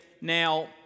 Now